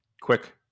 quick